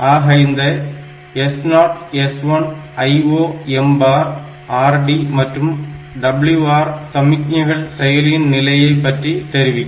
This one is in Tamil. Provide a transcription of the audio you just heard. ஆக இந்த S0 S1 IOMbar RD மற்றும் WR சமிக்ஞைகள் செயலியின் நிலையை பற்றி தெரிவிக்கும்